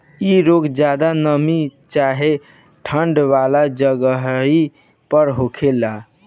इ रोग ज्यादा नमी चाहे ठंडा वाला जगही पर होखेला